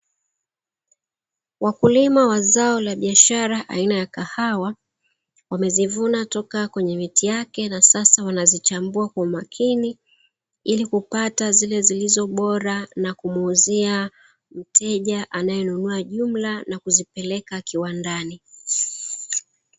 Wakulima wa zao la biashara aina ya kahawa, wamezivuna toka kwenye miti yake na sasa wanazichambua kwa umakini, ili kupata zile zilizo bora na kumuuzia mteja anayenunua jumla na kuzipeleka kiwandani.